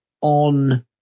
on